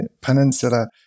Peninsula